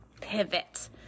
pivot